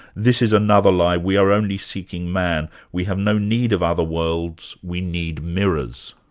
this is another lie, we are only seeking man, we have no need of other worlds, we need mirrors.